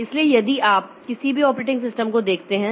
इसलिए यदि आप किसी भी ऑपरेटिंग सिस्टम को देखते हैं